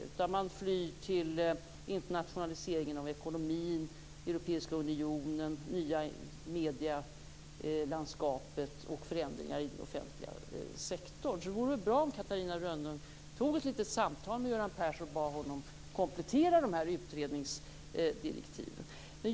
I stället flyr man till internationaliseringen av ekonomin, Europeiska unionen, det nya medielandskapet och förändringar i den offentliga sektorn. Det vore bra om Catarina Rönnung tog ett litet samtal med Göran Persson och bad honom att komplettera utredningsdirektiven.